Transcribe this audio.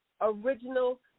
original